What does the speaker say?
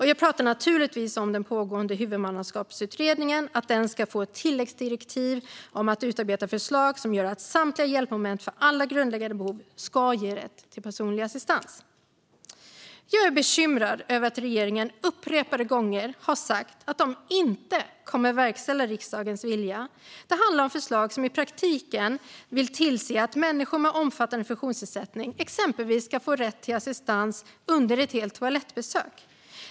Jag pratar naturligtvis om att den pågående huvudmannaskapsutredningen ska få ett tilläggsdirektiv om att utarbeta förslag som gör att samtliga hjälpmoment för alla grundläggande behov ska ge rätt till personlig assistans. Jag är bekymrad över att regeringen upprepade gånger har sagt att den inte kommer att verkställa riksdagens vilja. Det handlar om förslag där man i praktiken vill tillse att människor med omfattande funktionsnedsättning exempelvis ska få rätt till assistans under ett helt toalettbesök.